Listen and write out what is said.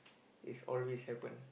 it's always happen